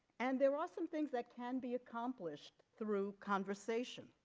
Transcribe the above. and there are some things that can be accomplished through conversation